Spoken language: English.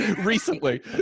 Recently